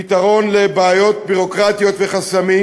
פתרון לבעיות ביורוקרטיות וחסמים,